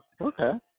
Okay